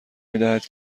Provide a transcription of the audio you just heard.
میدهد